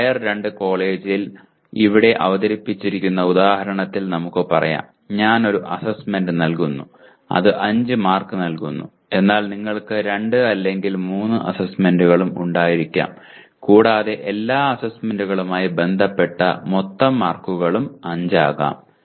ഒരു ടയർ 2 കോളേജിൽ ഇവിടെ അവതരിപ്പിച്ചിരിക്കുന്ന ഉദാഹരണത്തിൽ നമുക്ക് പറയാം ഞാൻ ഒരു അസൈൻമെന്റ് നൽകുന്നു അത് 5 മാർക്ക് നൽകുന്നു എന്നാൽ നിങ്ങൾക്ക് 2 അല്ലെങ്കിൽ 3 അസൈൻമെന്റുകളും ഉണ്ടായിരിക്കാം കൂടാതെ എല്ലാ അസൈൻമെന്റുകളുമായി ബന്ധപ്പെട്ട മൊത്തം മാർക്കുകളും 5 ആകാം